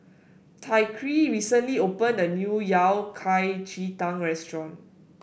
Tyreke recently opened a new Yao Cai Ji Tang restaurant